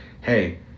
hey